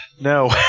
No